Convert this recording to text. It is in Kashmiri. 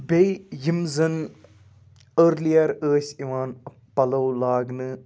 بیٚیہِ یِم زَن أرلیر ٲسۍ یِوان پَلو لاگنہٕ